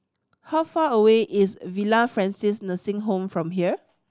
how far away is Villa Francis Nursing Home from here